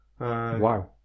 Wow